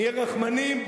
נהיה רחמנים,